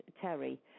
Terry